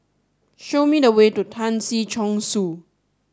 show me the way to Tan Si Chong Su